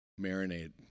marinade